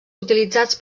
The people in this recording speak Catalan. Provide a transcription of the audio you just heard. utilitzats